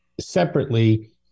separately